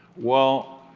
well,